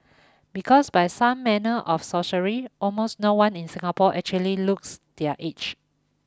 because by some manner of sorcery almost no one in Singapore actually looks their age